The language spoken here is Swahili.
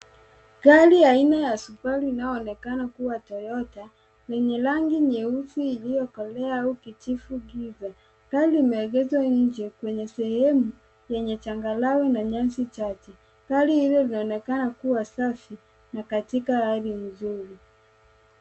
Gari aina ya Subaru inayoonekana kuwa Toyota yenye rangi nyeusi iliyokolea au kijivu giza. Gari limeegezwa nje kwenye sehemu yenye changarawe na nyasi chache. Gari hilo linaonekana kuwa safi na katika hali nzuri.